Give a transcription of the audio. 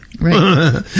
Right